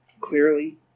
clearly